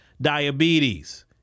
diabetes